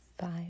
five